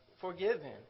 forgiven